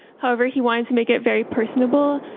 however, he wanted to make it very personable,